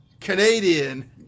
Canadian